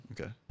Okay